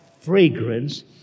fragrance